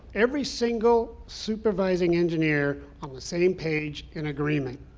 every single supervising engineer on the same page in agreement.